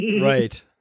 Right